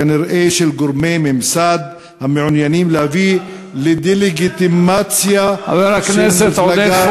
כנראה של גורמי ממסד המעוניינים להביא לדה-לגיטימציה של מפלגה,